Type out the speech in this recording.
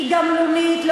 היא גמלונית,